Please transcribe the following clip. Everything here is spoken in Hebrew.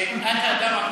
את האדם הטוב